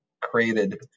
created